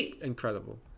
incredible